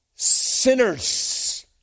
Sinners